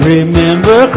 Remember